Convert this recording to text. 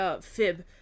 fib